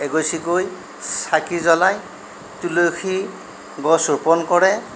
এগছিকৈ চাকি জ্বলাই তুলসী গছ ৰোপণ কৰে